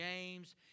James